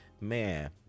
man